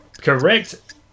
Correct